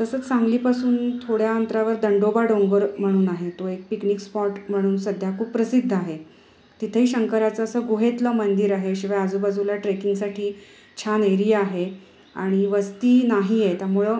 तसंच सांगलीपासून थोड्या अंतरावर दंडोबा डोंगर म्हणून आहे तो एक पिकनिक स्पॉट म्हणून सध्या खूप प्रसिद्ध आहे तिथेही शंकराचं असं गुहेतलं मंदिर आहे शिवाय आजूबाजूला ट्रेकिंगसाठी छान एरिया आहे आणि वस्ती नाही आहे त्यामुळं